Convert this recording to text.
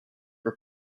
for